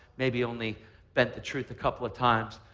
maybe only bent the truth a couple of times,